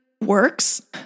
works